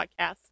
podcast